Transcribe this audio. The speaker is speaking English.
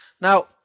Now